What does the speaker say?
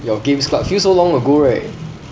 your games club feels so long ago right